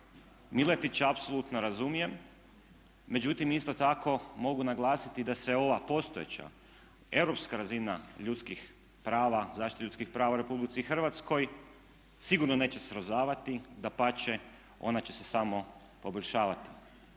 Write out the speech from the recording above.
Miletića apsolutno razumijem, međutim isto tako mogu naglasiti da se ova postojeća europska razina ljudskih prava, zaštite ljudskih prava u Republici Hrvatskoj sigurno neće srozavati. Dapače, ona će se samo poboljšavati.